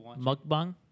Mukbang